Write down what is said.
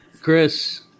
Chris